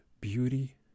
beauty